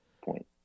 point